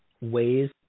ways